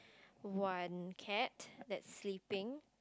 one cat that's sleeping